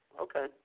okay